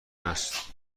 است